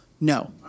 no